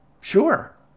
sure